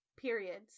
Periods